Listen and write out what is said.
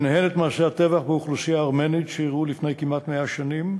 וביניהן את מעשי הטבח באוכלוסייה הארמנית שאירעו לפני כמעט 100 שנים,